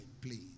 please